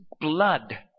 blood